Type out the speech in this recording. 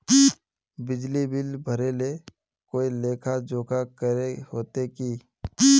बिजली बिल भरे ले कोई लेखा जोखा करे होते की?